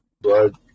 blood